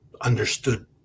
understood